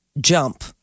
Jump